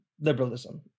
liberalism